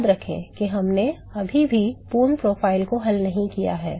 याद रखें कि हमने अभी भी पूर्ण प्रोफ़ाइल को हल नहीं किया है